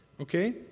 Okay